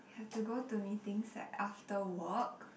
you have to go to meetings like after work